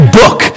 book